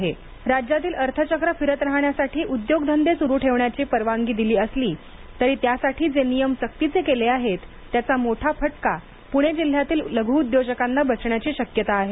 लघ उद्योग राज्यातील अर्थचक्र फिरत राहण्यासाठी उद्योगधंदे सुरु ठेवण्याची परवानगी दिली असली तरी त्यासाठी ज्या नियम सक्तीचे केले आहेत त्याचा मोठा फटका पुणे जिल्ह्यातील लघुउद्योगांना बसण्याची शक्यता आहे